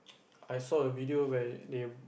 I saw a video where they